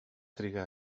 trigar